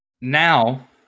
Now